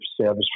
service